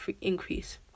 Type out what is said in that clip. increase